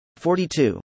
42